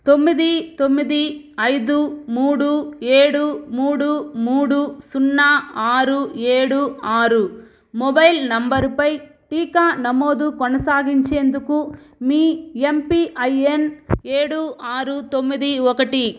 తొమ్మిది తొమ్మిది ఐదు మూడు ఏడు మూడు మూడు సున్నా ఆరు ఏడు ఆరు మొబైల్ నంబరుపై టీకా నమోదు కొనసాగించేందుకు మీ ఎమ్పిఐఎన్ ఏడు ఆరు తొమ్మిది ఒకటి